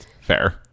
fair